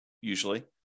usually